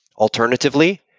Alternatively